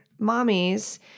mommies